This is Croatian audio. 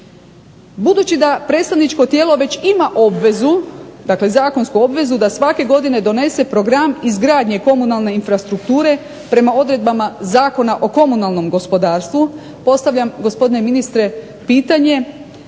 Budući da predstavničko tijelo već ima obvezu, dakle zakonsku obvezu da svake godine donese Program izgradnje komunalne infrastrukture prema odredbama Zakona o komunalnom gospodarstvu postavljam gospodine ministre pitanje